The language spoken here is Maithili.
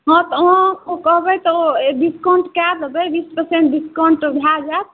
हँ तऽ अहाँ कहबै तऽ ओ डिस्काउंट कए देबै बीस पर्सेंट डिस्काउंट भए जायत